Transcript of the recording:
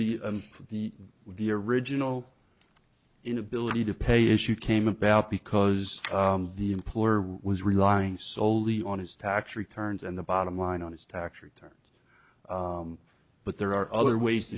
the the the original inability to pay issue came about because the employer was relying soley on his tax returns and the bottom line on his tax return but there are other ways to